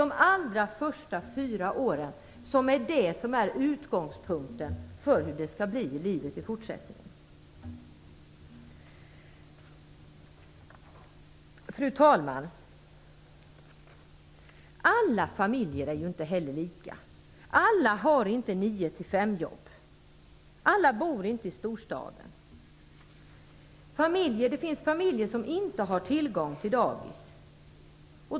De är de första fyra åren som är utgångspunkten för hur det skall bli i livet i fortsättningen. Fru talman! Alla familjer är inte lika. Alla har inte jobb mellan nio och fem. Alla bor inte i storstäder. Det finns familjer som inte har tillgång till dagis.